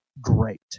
great